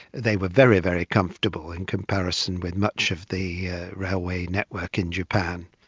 they were very, very comfortable in comparison with much of the railway network in japan,